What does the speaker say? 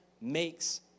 makes